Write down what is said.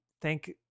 Thank